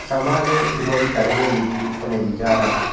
समाजे किमपि करणीयमिति उत्तमः विचारः